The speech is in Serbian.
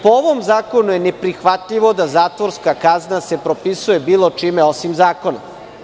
Po ovom zakonu je neprihvatljivo da se zatvorska kazna propisuje bilo čime osim zakonom.